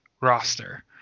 roster